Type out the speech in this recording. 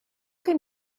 can